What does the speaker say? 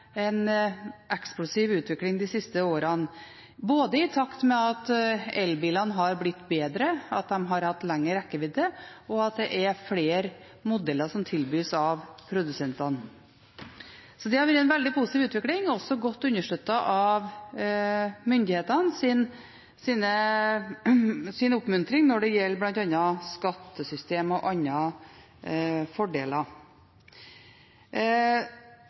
de siste årene har vært eksplosiv i takt med at elbilene har blitt bedre, at de har fått lengre rekkevidde, og at det er flere modeller som tilbys av produsentene. Så det har vært en veldig positiv utvikling, også godt understøttet av myndighetenes oppmuntring når det gjelder bl.a. skattesystem og andre fordeler.